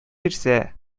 бирсә